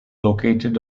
located